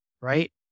right